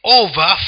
over